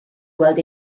gweld